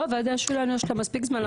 לא, לוועדה שלנו יש מספיק זמן.